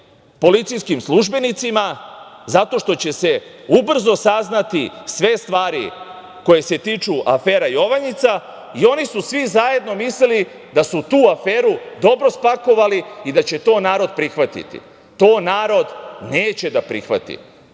policijskim službenicima zato što će se ubrzo saznati sve stvari koje se tiču afere "Jovanjica". Oni su svi zajedno mislili da su tu aferu dobro spakovali i da će to narod prihvatiti. To narod neće da prihvati